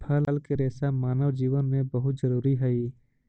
फल के रेसा मानव जीवन में बहुत जरूरी हई